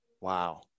wow